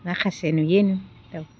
माखासे नुयो